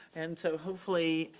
and so hopefully,